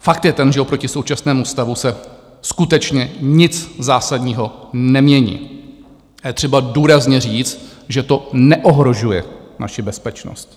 Fakt je ten, že oproti současnému stavu se skutečně nic zásadního nemění, a je třeba důrazně říct, že to neohrožuje naši bezpečnost.